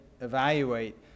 evaluate